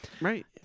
Right